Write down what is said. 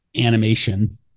animation